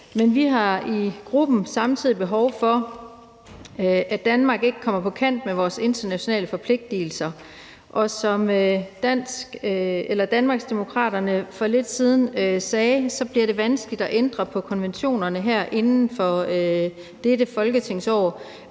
men vi har i gruppen også behov for, at Danmark ikke kommer på kant med sine internationale forpligtelser. Som Danmarksdemokraterne for lidt siden sagde, bliver det vanskeligt at ændre på konventionerne inden for dette folketingsår,